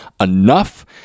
enough